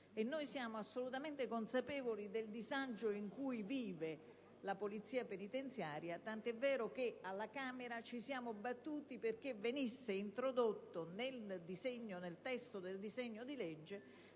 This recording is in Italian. noi siamo assolutamente consapevoli del disagio in cui vive la Polizia penitenziaria, tant'è vero che alla Camera ci siamo battuti perché venisse introdotta nel testo del disegno di legge